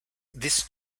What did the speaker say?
this